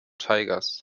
tigers